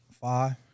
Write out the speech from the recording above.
Five